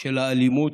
של האלימות,